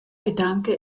gedanke